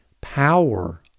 power